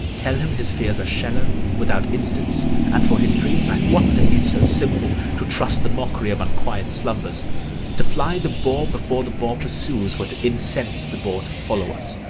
tell him his fears are shallow, without instance and for his dreams, i wonder he's so simple to trust the mockery of unquiet slumbers to fly the boar before the boar pursues were to incense the boar to follow us,